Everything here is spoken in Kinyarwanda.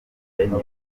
bene